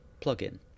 plugin